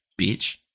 bitch